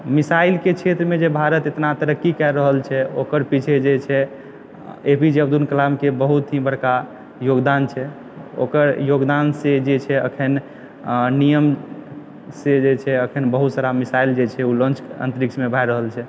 मिशाइलके क्षेत्रमे जे भारत एतना तरक्की कए रहल छै ओकर पीछे जे छै एपीजे अब्दुल कलामके बहुत ही बड़का योगदान छै ओकर योगदान से जे छै अखन नियमसँ जे छै अखन बहुत सारा मिशाइल जे छै ओ लॉंच अन्तरिक्षमे भए रहल छै